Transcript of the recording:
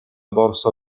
borsa